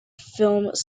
films